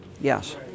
yes